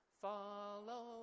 Follow